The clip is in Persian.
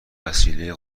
وسیله